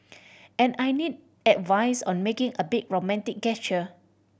and I need advice on making a big romantic gesture